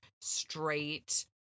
straight